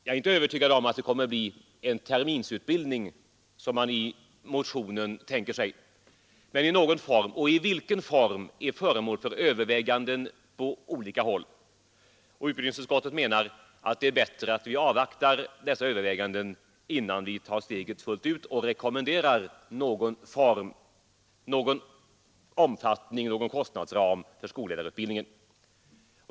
Jag är inte övertygad om att det kommer att bli en terminsutbildning, som man i motionen tänker sig, men i någon form kommer den — i vilken form är föremål för överväganden på olika håll. Utbildningsutskottet menar att det är bättre att avvakta dessa överväganden innan man rekommenderar någon form, omfattning eller kostnadsram för skolledarutbildningen.